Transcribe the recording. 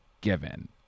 given